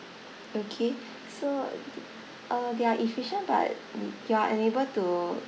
okay so uh they are efficient but you are unable to